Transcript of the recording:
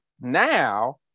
now